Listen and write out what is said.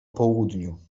południu